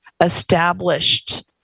established